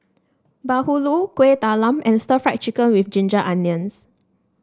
bahulu Kuih Talam and Stir Fried Chicken with Ginger Onions